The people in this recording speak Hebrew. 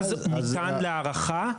אז ניתן להארכה.